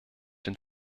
den